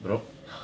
bedok